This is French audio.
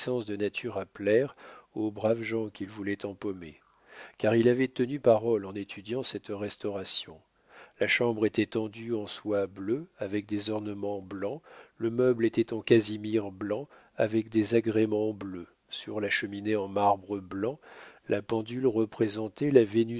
de nature à plaire aux braves gens qu'il voulait empaumer car il avait tenu parole en étudiant cette restauration la chambre était tendue en soie bleue avec des ornements blancs le meuble était en casimir blanc avec des agréments bleus sur la cheminée en marbre blanc la pendule représentait la